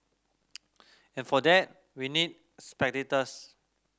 and for that we need spectators